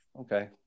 okay